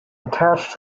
attached